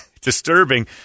disturbing